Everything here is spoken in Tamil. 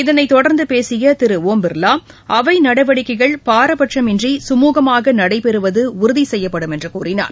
இதனைத்தொடர்ந்து பேசிய திரு ஓம் பிர்லா அவை நடவடிக்கைகள் பாரபட்சமின்றி சுமூகமாக நடைபெறுவது உறுதிசெய்யப்படும் என்று கூறினார்